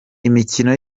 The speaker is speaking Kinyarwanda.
imikino